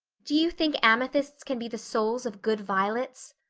do you think amethysts can be the souls of good violets?